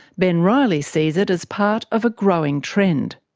ben riley sees it as part of a growing trend.